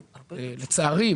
לצערי,